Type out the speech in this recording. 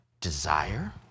desire